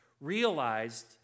realized